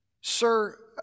Sir